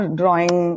drawing